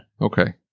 Okay